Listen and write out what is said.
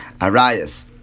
Arias